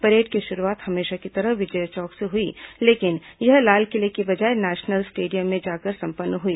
parade की शुरूआत हमेशा की तरह विजय चौक से हुई लेकिन यह लालकिले की बजाय नेशनल स्टेडियम में जाकर संपन्न हुई